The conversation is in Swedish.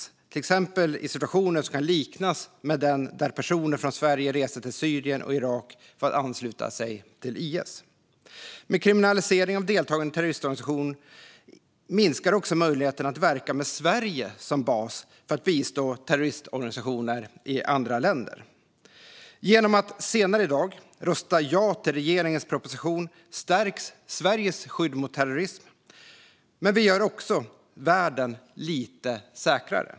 Det gäller till exempel situationer som kan liknas med den där personer från Sverige reste till Syrien och Irak för att ansluta sig till IS. Med en kriminalisering av deltagande i terroristorganisation minskar också möjligheten att verka med Sverige som bas för att bistå terroristorganisationer i andra länder. Genom att senare i dag rösta ja till regeringens proposition stärker vi Sveriges skydd mot terrorism. Men vi gör också världen lite säkrare.